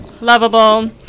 lovable